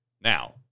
now